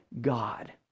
God